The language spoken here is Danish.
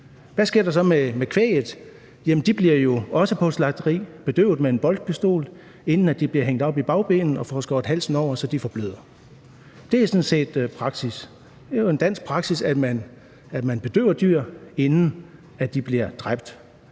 hvad sker der så med kvæget? Ja, de bliver på slagteriet bedøvet med en boltpistol, inden de bliver hængt op i bagbenene og får skåret halsen over, så de forbløder. Det er sådan set praksis. Det er jo en dansk praksis, at man bedøver dyr, inden de bliver dræbt.